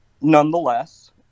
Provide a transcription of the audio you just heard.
nonetheless